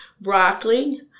broccoli